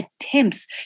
attempts